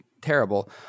terrible